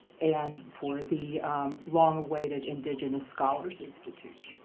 and for the long awaited indigenous scholars institute.